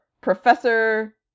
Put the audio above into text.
Professor